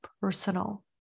personal